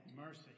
Mercy